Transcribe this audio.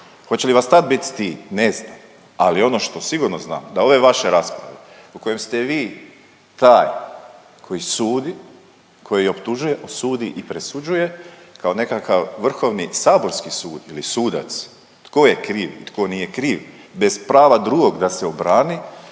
Hoće li vas tad biti stid? Ne znam, ali ono što sigurno znam da ove vaše rasprave u kojima ste vi taj koji sudi koji optužuje, sudi i presuđuje kao nekakav vrhovni saborski sud ili sudac tko je kriv, tko nije kriv, bez prava drugog da se obrani